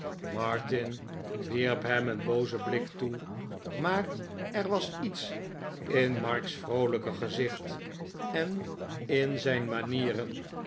martin wierp hem een boozen blik toe maar er was iets in mark's vroolijke gezicht en in zijn manieren